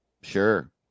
Sure